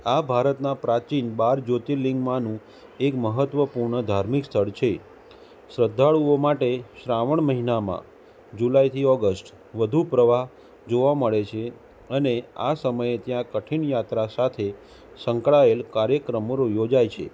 આ ભારતના પ્રાચીન બાર જ્યોતિર્લિંગમાંનું એક મહત્ત્વપૂર્ણ ધાર્મિક સ્થળ છે શ્રદ્ધાળુઓ માટે શ્રાવણ મહિનામાં જુલાઈથી ઓગષ્ટ વધુ પ્રવાહ જોવા મળે છે અને આ સમયે ત્યાં કઠિન યાત્રા સાથે સંકળાયેલ કાર્યક્રમો રોજ યોજાય છે